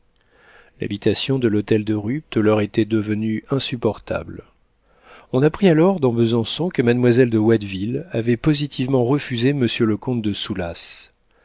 l'habitation de l'hôtel de rupt leur était devenue insupportable on apprit alors dans besançon que mademoiselle de watteville avait positivement refusé monsieur le comte de